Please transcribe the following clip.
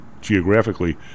geographically